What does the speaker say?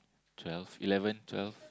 twelve eleven twelve